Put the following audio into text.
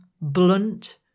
blunt